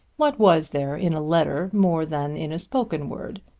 what was there in a letter more than in a spoken word?